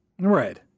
Right